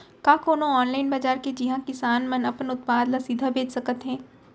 का कोनो अनलाइन बाजार हे जिहा किसान मन अपन उत्पाद ला सीधा बेच सकत हे?